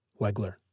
Wegler